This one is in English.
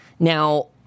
Now